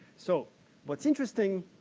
so what's interesting